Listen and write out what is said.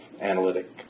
analytic